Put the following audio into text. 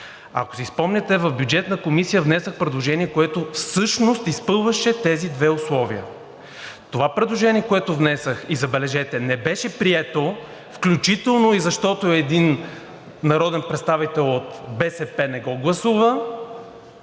Ако си спомняте, в Бюджетната комисия внесох предложение, което всъщност изпълняваше тези две условия. Това предложение, което внесох, и забележете, не беше прието, включително защото един народен представител от БСП не го гласува,